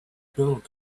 build